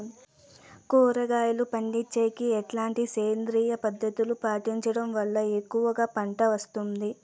కూరగాయలు పండించేకి ఎట్లాంటి సేంద్రియ పద్ధతులు పాటించడం వల్ల ఎక్కువగా పంట వస్తుంది?